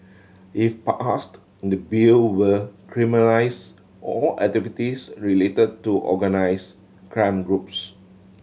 if passed the Bill will criminalise all activities related to organised crime groups